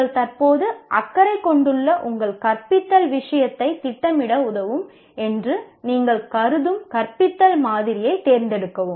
நீங்கள் தற்போது அக்கறை கொண்டுள்ள உங்கள் கற்பித்தல் விஷயத்தைத் திட்டமிட உதவும் என்று நீங்கள் கருதும் கற்பித்தல் மாதிரியைத் தேர்ந்தெடுக்கவும்